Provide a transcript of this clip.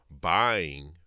buying